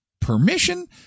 permission